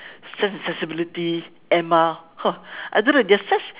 sense and sensibility emma !huh! I don't know they're such